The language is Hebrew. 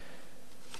הנושא של הר-ציון,